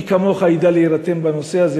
מי כמוך יֵדע להירתם בנושא הזה,